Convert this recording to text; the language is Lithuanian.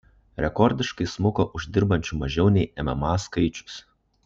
rekordiškai smuko uždirbančių mažiau nei mma skaičius